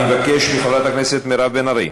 אני מבקש מחברת הכנסת מירב בן ארי.